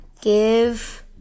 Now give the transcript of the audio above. Give